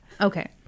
Okay